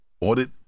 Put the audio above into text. audit